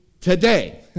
today